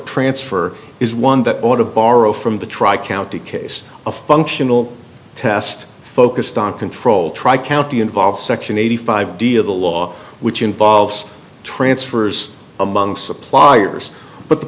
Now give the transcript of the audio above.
transfer is one that ought to borrow from the tri county case a functional test focused on control tri county involves section eighty five d of the law which involves transfers among suppliers but the